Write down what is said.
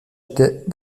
était